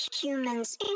Humans